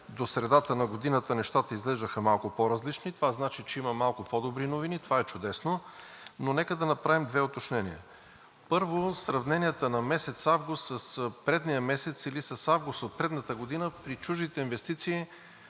до средата на годината нещата изглеждаха малко по-различни. Това значи, че има малко по-добри новини, това е чудесно. Но нека да направим две уточнения. Първо, сравненията на месец август с предния месец или с август от предната година при чуждите инвестиции